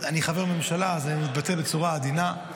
אני חבר ממשלה, אז אני אתבטא בצורה עדינה,